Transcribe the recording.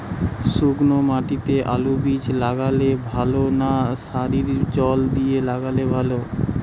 শুক্নো মাটিতে আলুবীজ লাগালে ভালো না সারিতে জল দিয়ে লাগালে ভালো?